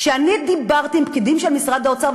כשאני דיברתי עם פקידים של משרד האוצר,